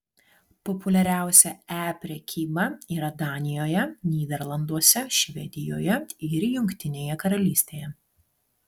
populiariausia e prekyba yra danijoje nyderlanduose švedijoje ir jungtinėje karalystėje